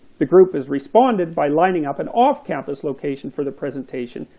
the group has responded by lining up an off-campus location for the presentation,